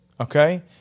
okay